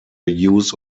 use